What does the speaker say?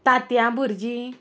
तांतयां भुर्जी